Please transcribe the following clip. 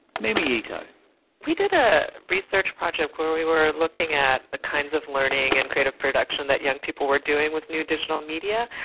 yeah but we did a research project where we were looking at the kinds of learning and creative production that young people were doing with new digital media,